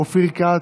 אופיר כץ,